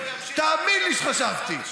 תאמין לי שחשבתי.